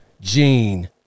Gene